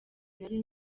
nari